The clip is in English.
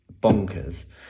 bonkers